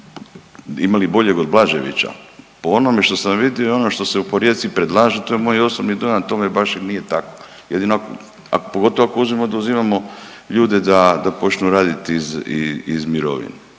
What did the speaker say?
Ima li boljeg od Blaževića? Po onome što sam vidio i ono što se u, po Rijeci predlaže, to je moj osobni dojam, tome baš i nije tako, jedino ako, pogotovo ako uzmemo da uzimamo ljude da počnu raditi iz mirovine.